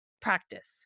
practice